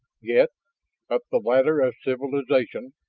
yet up the ladder of civilization,